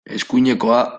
eskuinekoa